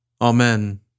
Amen